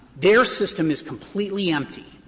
their system is completely empty.